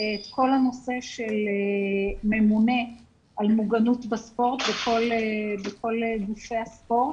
את כל הנושא של ממונה על מוגנות בספורט בכל גופי הספורט,